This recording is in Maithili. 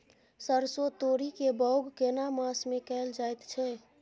सरसो, तोरी के बौग केना मास में कैल जायत छै?